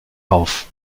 auf